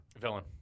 Villain